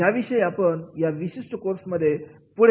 याविषयी आपण या विशिष्ट कोर्समध्ये पुढे चर्चा करणार आहोत